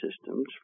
systems